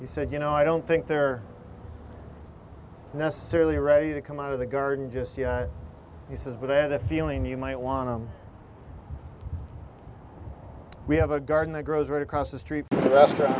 he said you know i don't think they're necessarily ready to come out of the garden just yet he says but i had a feeling you might want to we have a garden that grows right across the street